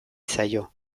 zaio